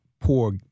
poor